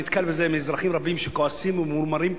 אני נתקל בזה עם אזרחים רבים שכועסים וממורמרים,